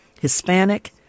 Hispanic